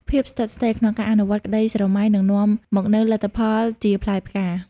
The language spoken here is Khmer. ភាពស្ថិតស្ថេរ ក្នុងការអនុវត្តក្តីស្រមៃ នឹងនាំមកនូវលទ្ធផលជាផ្លែផ្កា។